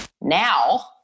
now